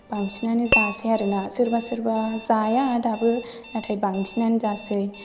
बांसिनानो जासै आरोना सोरबा सोरबा जाया दाबो नाथाय बांसिनानो जासै